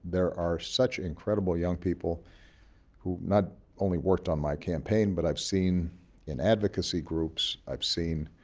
there are such incredible young people who not only worked on my campaign, but i've seen in advocacy groups. i've seen